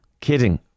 Kidding